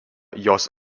jos